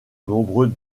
nombreux